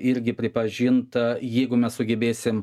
irgi pripažinta jeigu mes sugebėsim